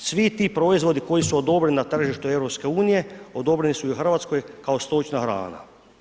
Ta, svi ti proizvodi koji su odobreni na tržištu EU odobreni su i u Hrvatskoj kao stočna hrana.